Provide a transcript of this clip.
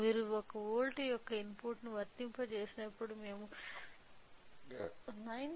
మీరు ఒక వోల్ట్ యొక్క ఇన్పుట్ను వర్తింపజేసినప్పుడు మేము 9